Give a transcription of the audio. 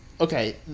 okay